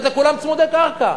אי-אפשר לתת לכולם צמודי קרקע.